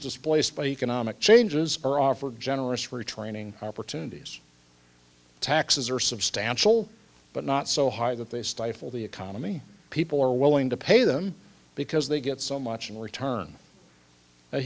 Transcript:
displaced by economic changes or offer generous retraining opportunities taxes are substantial but not so high that they stifle the economy people are willing to pay them because they get so much in return a